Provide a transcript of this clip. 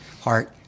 heart